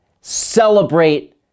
Celebrate